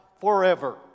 forever